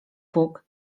bug